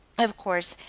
of course,